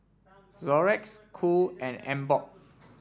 Xorex Cool and Emborg